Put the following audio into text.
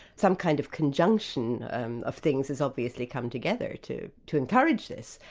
some kind of conjunction um of things has obviously come together to to encourage this.